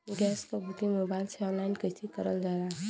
Gas क booking mobile से online कईसे कईल जाला?